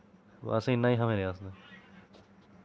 बस इन्ना ही हा मेरे आस्तै